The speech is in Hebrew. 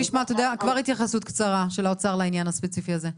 נשמע התייחסות קצרה שלה האוצר לנושא הזה.